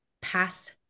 pass